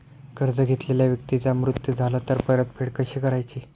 कर्ज घेतलेल्या व्यक्तीचा मृत्यू झाला तर परतफेड कशी करायची?